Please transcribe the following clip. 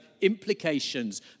implications